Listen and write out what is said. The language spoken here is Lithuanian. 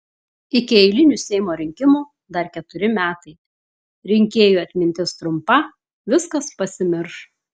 iki eilinių seimo rinkimų dar keturi metai rinkėjų atmintis trumpa viskas pasimirš